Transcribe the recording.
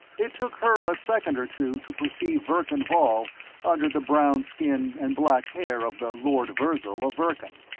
it took her a second or two to perceive verkan vall under the brown skin and black hair of the lord virzal of verkan.